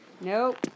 Nope